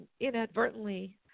inadvertently